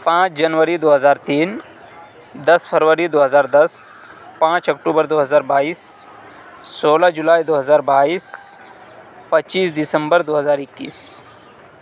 پانچ جنوری دو ہزار تین دس فروری دو ہزار دس پانچ اکٹوبر دو ہزار بائیس سولہ جولائی دو ہزار بائیس پچیس دسمبر دو ہزار اکیس